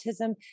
autism